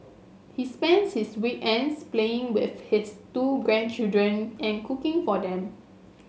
he spends his weekends playing with his two grandchildren and cooking for them